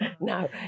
No